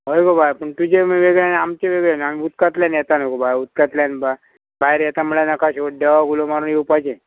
हय गो बाय पूण तुजे वेगळे आमचे वेगळें ना आमी उदकांतल्यान येता न्हू गो बाय उदकांतल्यान बाय भायर येता म्हळ्या नाका शेंवट देवाक उलो मारून येवपाचें